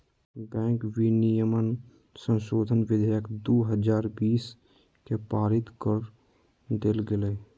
bank विनियमन संशोधन विधेयक दू हजार बीस के पारित कर देल गेलय